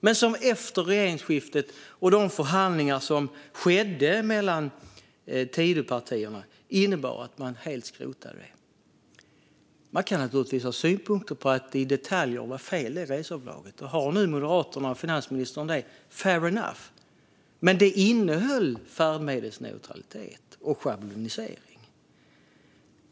Men regeringsskiftet och de förhandlingar som skedde mellan Tidöpartierna innebar att man helt skrotade det. Man kan naturligtvis ha synpunkter på att detaljer i det reseavdraget var fel. Har Moderaterna och finansministern det, fair enough. Men det innehöll färdmedelsneutralitet och schablonisering.